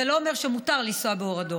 זה לא אומר שמותר לנסוע באור אדום.